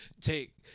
Take